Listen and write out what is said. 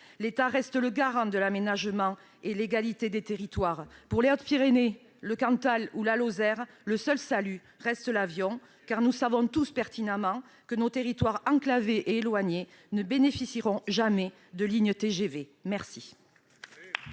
L'État reste le garant de l'aménagement et de l'égalité des territoires. Pour les Hautes-Pyrénées, le Cantal ou la Lozère, l'avion demeure le seul salut. Nous le savons tous pertinemment, nos territoires enclavés et éloignés ne bénéficieront jamais de lignes de